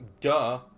duh